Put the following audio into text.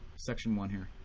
section one here.